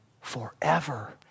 forever